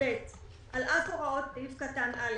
"(ב)על אף הוראות סעיף קטן (א),